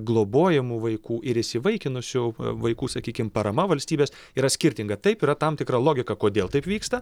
globojamų vaikų ir įsivaikinusių vaikų sakykim parama valstybės yra skirtinga taip yra tam tikra logika kodėl taip vyksta